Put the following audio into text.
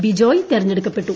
ബിജോയ് തെരഞ്ഞെടുക്കപ്പെട്ടു